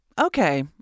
okay